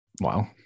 wow